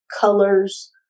colors